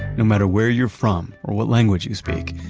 no matter where you're from or what language you speak,